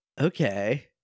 Okay